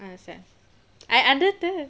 ah sad I understood